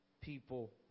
people